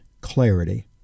clarity